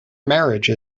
marriage